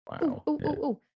Wow